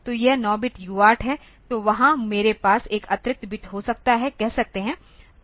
तो यह 9 bit UART तो वहाँ मेरे पास एक अतिरिक्त बिट हो सकता है कह सकते हैं